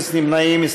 אין נמנעים.